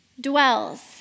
dwells